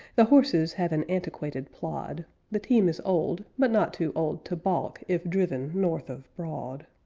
the horses have an antiquated plod the team is old, but not too old to balk if driven north of broad.